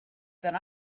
than